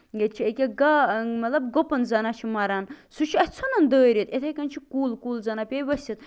ییٚتہِ چھِ یہِ کیٛاہ گاو مطلب گُپَن زَن ہا چھُ مَران سُہ چھُ اَسہِ ژَھُنان دٲرِتھ یِتھٕے کٔنۍ چھُ کُل کُل زَن پیٚیہِ ؤسِتھ